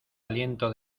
aliento